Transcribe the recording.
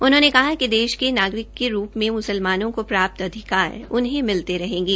उन्होंने कहा कि देश के नागरिक के रूप में मुसलमानों को प्राप्त अधिकार उन्हें मिलते रहेंगे